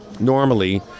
normally